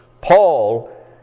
Paul